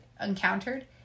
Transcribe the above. encountered